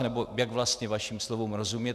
Nebo jak vlastně vašim slovům rozumět?